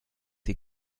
sie